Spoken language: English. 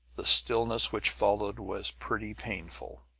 the stillness which followed was pretty painful.